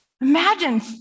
Imagine